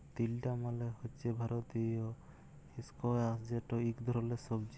তিলডা মালে হছে ভারতীয় ইস্কয়াশ যেট ইক ধরলের সবজি